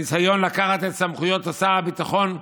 הניסיון לקחת את סמכויות שר הביטחון,